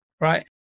right